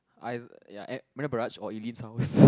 I ya at Marina Barrage or Eileen's house